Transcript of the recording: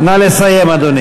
נא לסיים, אדוני.